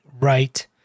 right